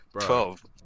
twelve